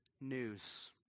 news